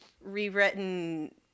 rewritten